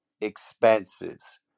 expenses